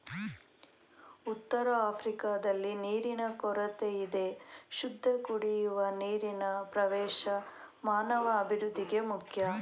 ಉತ್ತರಆಫ್ರಿಕಾದಲ್ಲಿ ನೀರಿನ ಕೊರತೆಯಿದೆ ಶುದ್ಧಕುಡಿಯುವ ನೀರಿನಪ್ರವೇಶ ಮಾನವಅಭಿವೃದ್ಧಿಗೆ ಮುಖ್ಯ